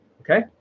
okay